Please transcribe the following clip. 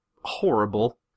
horrible